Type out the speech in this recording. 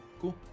Cool